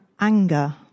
anger